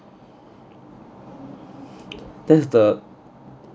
that's the